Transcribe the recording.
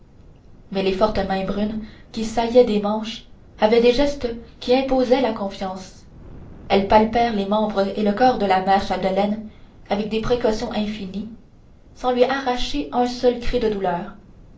mais les fortes mains brunes qui saillaient des manches avaient des gestes qui imposaient la confiance elles palpèrent les membres et le corps de la mère chapdelaine avec des précautions infinies sans lui arracher un seul cri de douleur